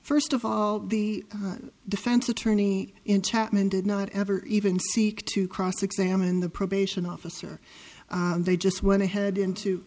first of all the defense attorney in chapman did not ever even seek to cross examine the probation officer they just went ahead into